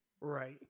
Right